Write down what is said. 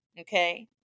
Okay